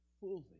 fully